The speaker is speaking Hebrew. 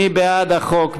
מי בעד החוק?